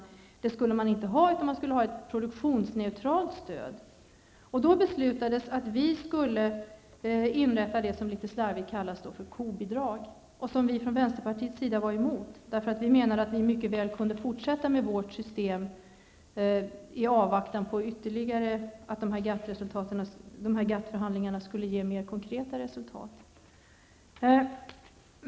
M an skulle i stället ha ett produktionsneutralt stöd. Då beslutades att vi skulle inrätta något som litet slarvigt kallas för kobidrag och som vi från vänsterpartiets sida var emot. Vi menade att vi mycket väl kunde fortsätta med vårt system i avvaktan på att GATT-förhandlingarna skulle ge mer konkreta resultat.